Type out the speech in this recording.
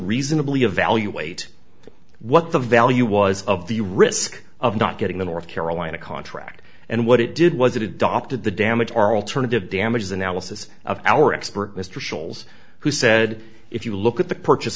reasonably evaluate what the value was of the risk of not getting the north carolina contract and what it did was it adopted the damage our alternative damages analysis of our expert mr szell's who said if you look at the purchase